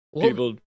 People